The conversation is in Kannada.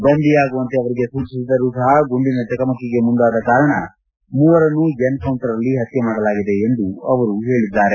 ಬಂಧಿಯಾಗುವಂತೆ ಅವರಿಗೆ ಸೂಚಿಸಿದರೂ ಸಹ ಗುಂಡಿನ ಚಕಮಕಿಗೆ ಮುಂದಾದ ಕಾರಣ ಮೂವರನ್ನು ಎನ್ಕೌಂಟರ್ನಲ್ಲಿ ಹತ್ನೆ ಮಾಡಲಾಗಿದೆ ಎಂದು ಅವರು ಹೇಳಿದ್ದಾರೆ